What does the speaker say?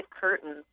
curtains